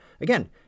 Again